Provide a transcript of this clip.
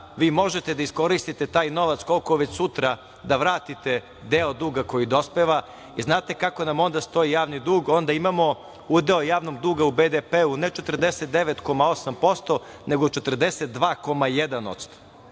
vi možete da iskoristite taj novac koliko već sutra da vratite deo duga koji dospeva. Znate kako nam onda stoji javni dug? Onda imamo udeo javnog duga u BDP ne 49,8% nego 42,1%.